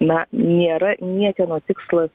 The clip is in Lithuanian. na nėra niekieno tikslas